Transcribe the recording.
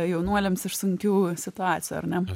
jaunuoliams iš sunkių situacijų ar ne